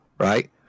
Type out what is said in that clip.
Right